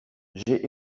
j’ai